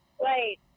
Wait